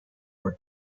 were